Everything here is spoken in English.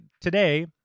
Today